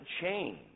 change